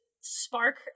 spark